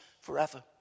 forever